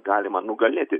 galima nugalėti